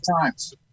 times